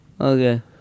Okay